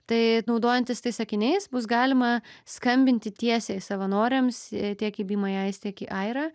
tai naudojantis tais akiniais bus galima skambinti tiesiai savanoriams tie į be my eyes tiek į airą